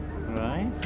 right